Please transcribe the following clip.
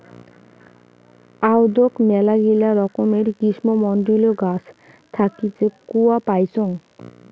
আদৌক মেলাগিলা রকমের গ্রীষ্মমন্ডলীয় গাছ থাকি যে কূয়া পাইচুঙ